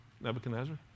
Nebuchadnezzar